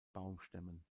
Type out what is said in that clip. baumstämmen